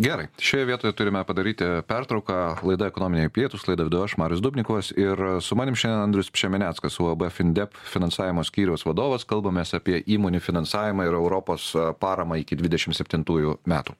gerai šioje vietoje turime padaryti pertrauką laida ekonominiai pietūs laidą vedu aš marius dubnikovas ir su manim šiandien andrius pšemeneckas uab findep finansavimo skyriaus vadovas kalbamės apie įmonių finansavimą ir europos paramą iki dvidešimt septintųjų metų